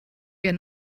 wir